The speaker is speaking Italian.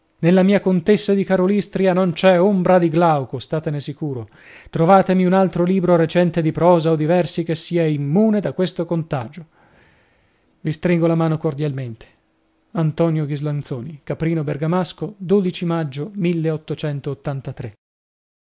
nella mia contessa di karolystria non c'è ombra di glauco statene sicuro trovatemi un altro libro recente di prosa o di versi che sia immune da questo contagio vi stringo la mano cordialmente a ghislanzoni caprino bergamasco maggio